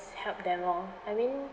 help them lor I mean